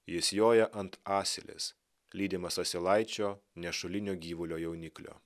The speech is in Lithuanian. jis joja ant asilės lydimas asilaičio nešulinio gyvulio jauniklio